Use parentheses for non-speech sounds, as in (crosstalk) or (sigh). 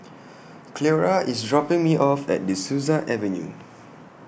(noise) Cleora IS dropping Me off At De Souza Avenue